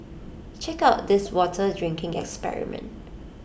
check out this water drinking experiment